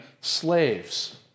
slaves